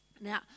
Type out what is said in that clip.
Now